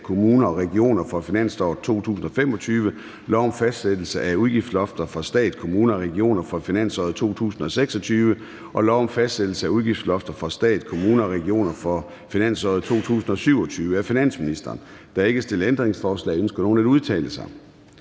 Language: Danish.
kommuner og regioner for finansåret 2025, lov om fastsættelse af udgiftslofter for stat, kommuner og regioner for finansåret 2026 og lov om fastsættelse af udgiftslofter for stat, kommuner og regioner for finansåret 2027. (Konsekvenser af aftale om reform af personskat af 14.